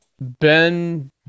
Ben